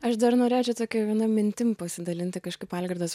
aš dar norėčiau tokia viena mintim pasidalinti kažkaip algirdas